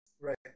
Right